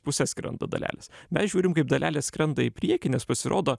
puses skrenda dalelės mes žiūrim kaip dalelės skrenda į priekį nes pasirodo